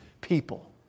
people